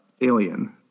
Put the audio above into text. Alien